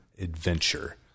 adventure